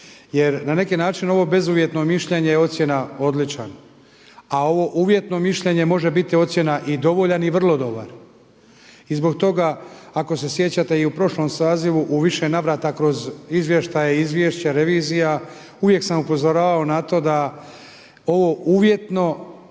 Jer na neki način ovo bezuvjetno mišljenje je ocjena odličan, a ovo uvjetno mišljenje može biti ocjena i dovoljan i vrlo dobar. I zbog toga ako se sjećate i u prošlom sazivu u više navrata kroz izvještaje i izvješća revizija uvijek sam upozoravao na to da ovo uvjetno ne